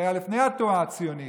שהיה לפני התנועה הציונית,